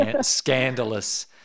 scandalous